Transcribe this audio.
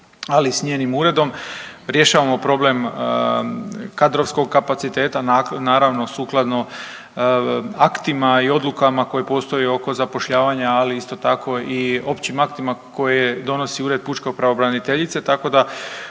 ali i s njenim uredom. Rješavamo problem kadrovskog kapaciteta naravno sukladno aktima i odlukama koji postoje oko zapošljavanja, ali isto tako i općim aktima koje donosi ured pučke pravobraniteljice, tako da